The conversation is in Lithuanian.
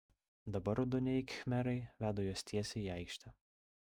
dabar raudonieji khmerai veda juos tiesiai į aikštę